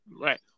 right